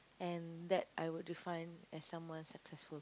and that I would define as someone successful